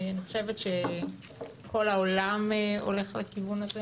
אני חושבת שכל העולם הולך לכיוון הזה